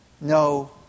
No